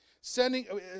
sending